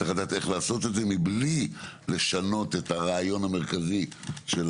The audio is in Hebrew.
צריך לדעת איך לעשות את זה מבלי לשנות את הרעיון המרכזי של